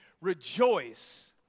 Rejoice